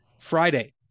Friday